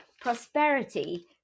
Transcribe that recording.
prosperity